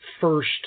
first